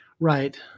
Right